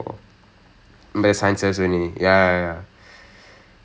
the science part lah the science part only ya I get what you mean ya